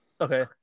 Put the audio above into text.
Okay